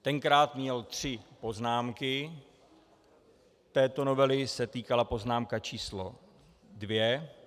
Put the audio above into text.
Tenkrát měl tři poznámky, této novely se týkala poznámka číslo dvě.